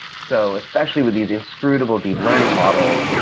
so especially with these inscrutable deep learning model,